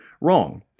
wrong